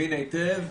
מבין היטב.